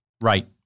Right